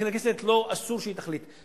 הכנסת אסור שהיא תחליט,